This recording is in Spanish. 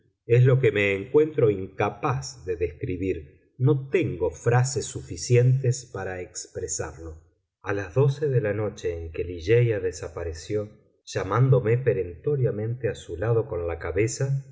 es lo que me encuentro incapaz de describir no tengo frases suficientes para expresarlo a las doce de la noche en que ligeia desapareció llamándome perentoriamente a su lado con la cabeza